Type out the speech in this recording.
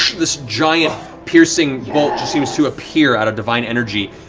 this giant piercing bolt just seems to appear out of divine energy.